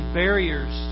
barriers